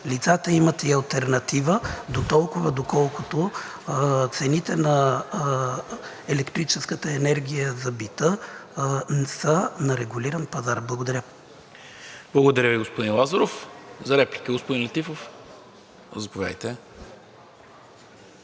лицата имат и алтернатива дотолкова, доколкото цените на електрическата енергия за бита не са на регулиран пазар. Благодаря. ПРЕДСЕДАТЕЛ НИКОЛА МИНЧЕВ: Благодаря Ви, господин Лазаров. За реплика – господин Летифов, заповядайте.